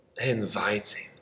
inviting